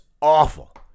awful